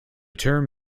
term